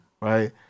Right